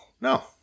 No